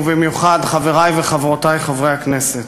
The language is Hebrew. ובמיוחד חברי וחברותי חברי הכנסת,